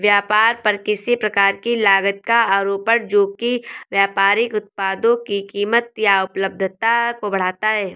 व्यापार पर किसी प्रकार की लागत का आरोपण जो कि व्यापारिक उत्पादों की कीमत या उपलब्धता को बढ़ाता है